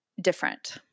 different